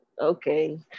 okay